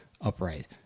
upright